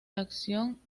acción